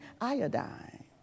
iodine